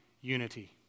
Unity